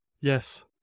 Yes